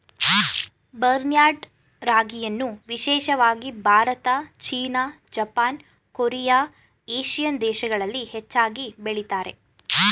barnyard ರಾಗಿಯನ್ನು ವಿಶೇಷವಾಗಿ Bharat, China, Japan, Korea, Asian ದೇಶಗಳಲ್ಲಿ ಹೆಚ್ಚಾಗಿ ಬೆಳಿತಾರೆ